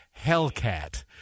Hellcat